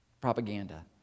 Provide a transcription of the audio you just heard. propaganda